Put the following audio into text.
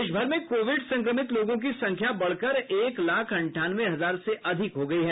देश भर में कोविड संक्रमित लोगों की संख्या बढकर एक लाख अंठानवे हजार से अधिक हो गयी है